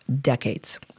decades